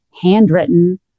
handwritten